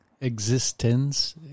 existence